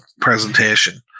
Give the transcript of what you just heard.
presentation